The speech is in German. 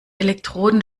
elektroden